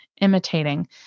imitating